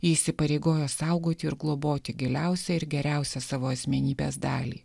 ji įsipareigojo saugoti ir globoti giliausią ir geriausią savo asmenybės dalį